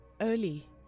early